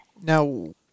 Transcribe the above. now